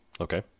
Okay